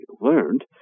learned